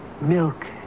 milk